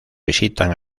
visitan